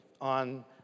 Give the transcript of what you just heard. on